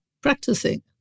practicing